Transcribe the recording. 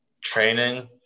training